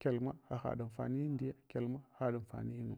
Kyalma hahaɗ anfaniyamdiya, kyalma haɗ anfanyinu.